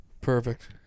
Perfect